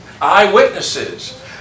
Eyewitnesses